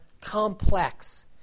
complex